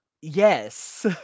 Yes